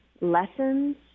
lessons